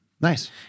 nice